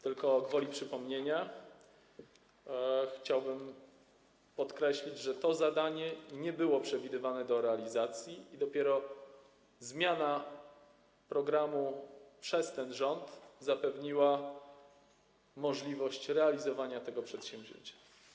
Tylko gwoli przypomnienia chciałbym podkreślić, że to zadanie nie było przewidywane do realizacji i dopiero zmiana programu przez ten rząd zapewniła możliwość realizowania tego przedsięwzięcia.